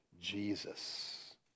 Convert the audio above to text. Jesus